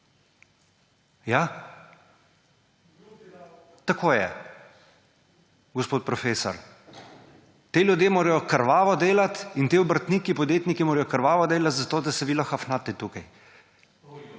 Tako je, gospod profesor. Ti ljudje morajo krvavo delati in ti obrtniki, podjetniki morajo krvavo delati, zato da se vi lahko afnate tukaj.